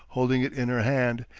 holding it in her hand,